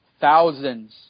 thousands